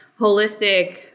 holistic